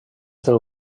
del